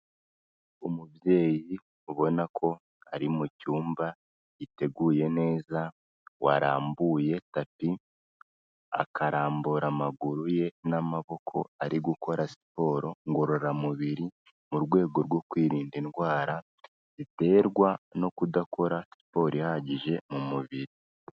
Umubyeyi ubona ko ari mu cyumba giteguye neza warambuye tapi, akarambura amaguru ye n'amaboko ari gukora siporo ngororamubiri mu rwego rwo kwirinda indwara ziterwa no kudakora siporo ihagije mu mubiri.